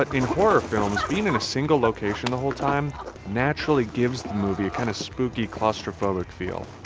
in horror films, being in a single location the whole time naturally gives the movie a kind of spooky, claustrophobic feel.